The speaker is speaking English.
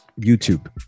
YouTube